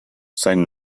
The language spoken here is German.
sein